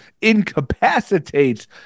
incapacitates